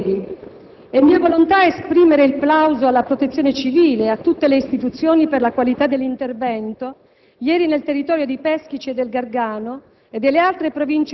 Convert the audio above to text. Signor Presidente, signori del Governo, onorevoli colleghi, è mia volontà esprimere il plauso alla Protezione civile e a tutte le istituzioni per la qualità dell'intervento,